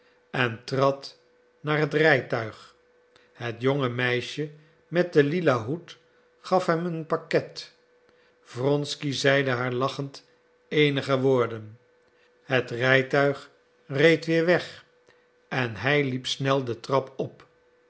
en trad naar het rijtuig het jonge meisje met den lila hoed gaf hem een pakket wronsky zeide haar lachend eenige woorden het rijtuig reed weer weg en hij liep snel de trap op